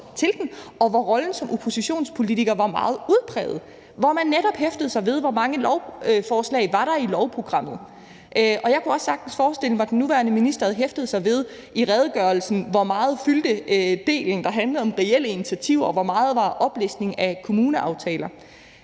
til den, og hvor rollen som oppositionspolitiker var meget udtalt. Man hæftede sig netop ved, hvor mange lovforslag der var i lovprogrammet. Jeg kunne også sagtens forestille mig, at den nuværende minister havde hæftet sig ved i redegørelsen, hvor meget delen, der handlede om reelle initiativer, fyldte, og hvor meget der var oplistning af kommuneaftaler.